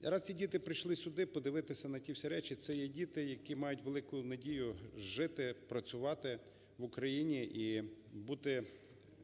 Зараз ці діти прийшли сюди подивитися на ті всі речі, це є діти, які мають велику надію жити, працювати в Україні і бути